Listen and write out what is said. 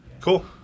Cool